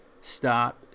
stop